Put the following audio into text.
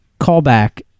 callback